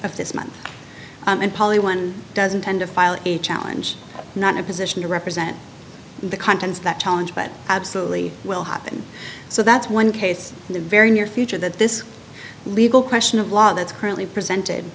of this month and poly one doesn't tend to file a challenge not a position to represent the contents that challenge but absolutely will happen so that's one case in the very near future that this legal question of law that's currently presented